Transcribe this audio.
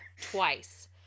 twice